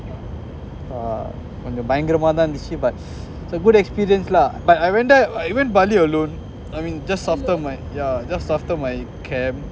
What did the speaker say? கொஞ்சம் பயங்கரமா தான் இருன்சி:konjam bayangarama thaan erunchi but it's a good experience lah but I went there I went bali alone just after my yeah just after my camp